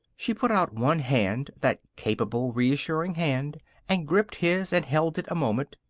she put out one hand that capable, reassuring hand and gripped his and held it a moment.